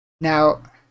now